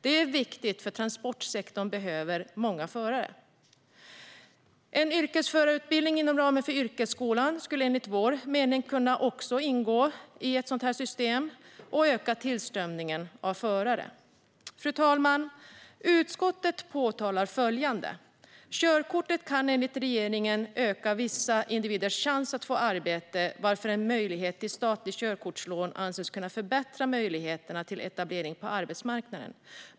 Det är viktigt, för transportsektorn behöver många förare. En yrkesförarutbildning inom ramen för yrkesskolan skulle enligt vår mening också kunna ingå i ett sådant system. Det skulle öka tillströmningen av förare. Fru talman! Utskottet påpekar följande: "Körkort kan enligt regeringen öka vissa individers chans att få arbete, varför en möjlighet till statligt körkortslån anses kunna förbättra möjligheterna till etablering på arbetsmarknaden."